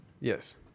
Yes